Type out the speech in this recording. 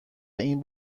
این